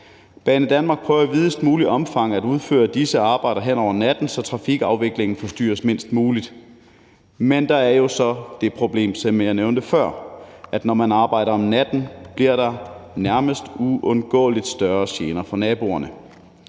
Banedanmark prøver i videst muligt omfang at udføre disse arbejder hen over natten, så trafikafviklingen forstyrres mindst muligt. Men der er jo så det problem, som jeg nævnte før, nemlig at når man arbejder om natten, bliver der nærmest uundgåeligt større gener for naboerne.